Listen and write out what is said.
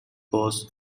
cause